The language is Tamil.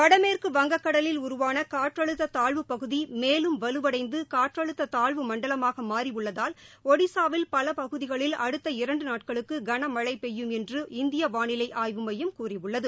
வடமேற்கு வங்கக் கடலில் உருவான காற்றழுத்த தாழ்வுப்பகுதி மேலும் வலுவடைந்து காற்றழுத்த தாழ்வு மண்டலமாக மாறியுள்ளதால் ஒடிசாவில் பல பகுதிகளில் அடுத்த இரண்டு நாட்களுக்கு கனமழை பெய்யும் என்று இந்திய வானிலை ஆய்வு மையம் கூறியுள்ளது